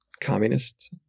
communists